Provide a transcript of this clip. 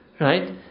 Right